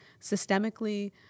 systemically